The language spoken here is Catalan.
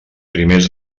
primers